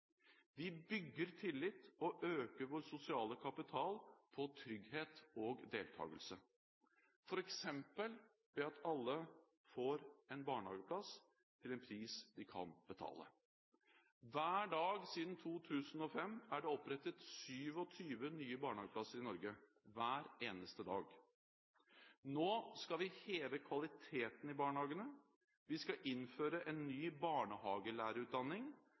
Vi bygger tillit og øker vår sosiale kapital på trygghet og deltakelse, f.eks. ved at alle får en barnehageplass til en pris de kan betale. Hver dag siden 2005 er det opprettet 27 nye barnehageplasser i Norge – hver eneste dag! Nå skal vi heve kvaliteten i barnehagene. Vi skal innføre en ny barnehagelærerutdanning,